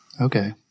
Okay